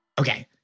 Okay